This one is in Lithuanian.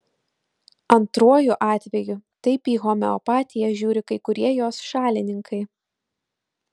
antruoju atveju taip į homeopatiją žiūri kai kurie jos šalininkai